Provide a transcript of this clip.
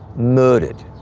murdered,